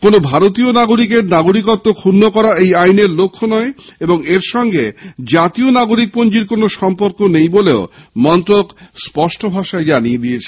কোনো ভারতীয় নাগরিকের নাগরিকত্ব ক্ষুণ্ণ করা এই আইনের লক্ষ্য নয় এবং এর সঙ্গে জাতীয় নাগরিকপঞ্জীর সম্পর্ক নেই বলেও মন্ত্রক জানিয়েছে